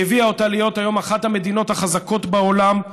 והביאה אותה להיות אחת המדינות החזקות בעולם,